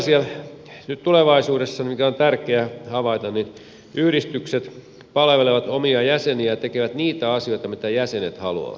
nyt mikä tulevaisuudessa on tärkeää havaita niin se että yhdistykset palvelevat omia jäseniään ja tekevät niitä asioita mitä jäsenet haluavat